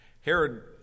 Herod